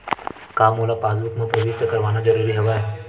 का मोला पासबुक म प्रविष्ट करवाना ज़रूरी हवय?